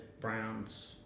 browns